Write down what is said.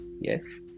yes